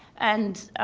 and